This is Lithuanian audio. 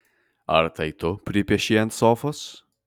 ar tai tu pripiešei ant sofos